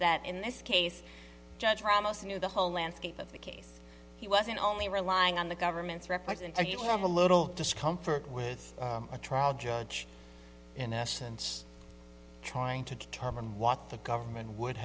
that in this case judge ramos knew the whole landscape of the case he wasn't only relying on the government's records and you have a little discomfort with a trial judge in essence trying to determine what the government would